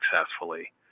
successfully